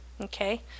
Okay